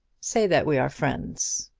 say that we are friends.